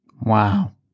Wow